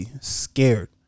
Scared